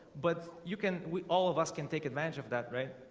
but you can we all of us can take advantage of that, right?